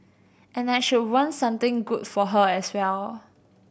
and I should want something good for her as well